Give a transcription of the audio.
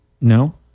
No